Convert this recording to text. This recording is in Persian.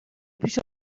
پیش